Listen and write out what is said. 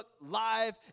live